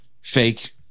fake